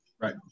Right